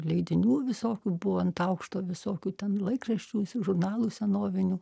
leidinių visokių buvo ant aukšto visokių ten laikraščių žurnalų senovinių